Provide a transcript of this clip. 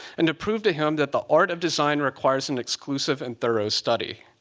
and to prove to him that the art of design requires an exclusive and thorough study.